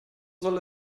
soll